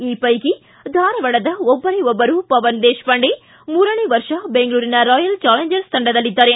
ಈ ವೈಕಿ ಧಾರವಾಡದ ಒಬ್ಬರೇ ಒಬ್ಬರು ಪವನ ದೇಶಪಾಂಡೆ ಮೂರನೇ ವರ್ಷ ಬೆಂಗಳೂರಿನ ರಾಯಲ್ ಚಾಲೆಂಜರ್ಸ್ ತಂಡದಲ್ಲಿದ್ದಾರೆ